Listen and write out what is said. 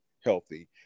healthy